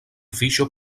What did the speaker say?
fiŝo